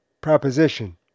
proposition